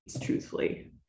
truthfully